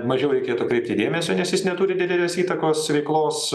mažiau reikėtų kreipti dėmesio nes jis neturi didelės įtakos veiklos